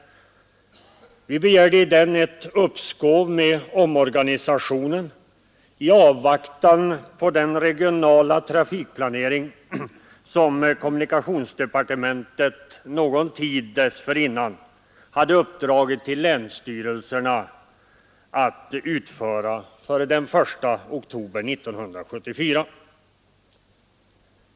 Vi begärde i den ett uppskov med omorganisationen i avvaktan på den regionala trafikplanering som kommunikationsdepartementet någon tid dessförinnan hade uppdragit åt länsstyrelserna att utföra före den 1 oktober 1974.